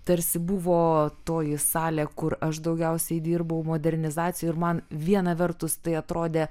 tarsi buvo toji salė kur aš daugiausiai dirbau modernizacijoj ir man viena vertus tai atrodė